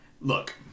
Look